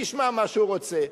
שישמע מה שהוא רוצה.